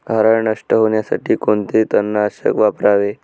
हरळ नष्ट होण्यासाठी कोणते तणनाशक वापरावे?